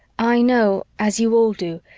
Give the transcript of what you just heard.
i know, as you all do,